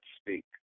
speak